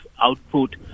output